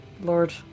lord